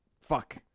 Fuck